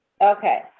okay